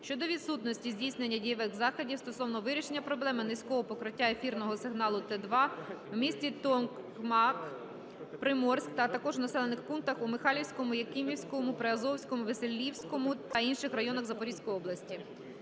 щодо відсутності здійснення дієвих заходів стосовно вирішення проблеми низького покриття ефірного сигналу Т2 у м.Токмак, Приморськ, а також у населених пунктах у Михайлівському, Якимівському, Приазовському, Веселівському та інших районах Запорізької області.